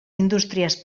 indústries